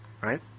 right